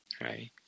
right